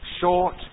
short